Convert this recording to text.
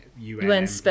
UN